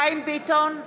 חיים ביטון,